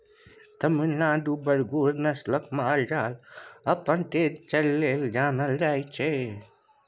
तमिलनाडुक बरगुर नस्लक माल जाल अपन तेज चालि लेल जानल जाइ छै